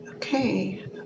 Okay